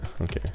okay